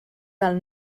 del